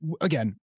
again